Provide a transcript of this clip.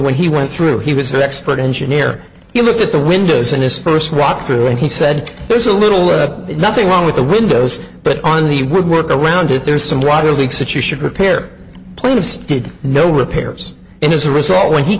when he went through he was arrested engineer you look at the windows and his first walk through and he said there's a little nothing wrong with the windows but on the woodwork around it there's some water leaks that you should repair plaintiffs did know repairs and as a result when he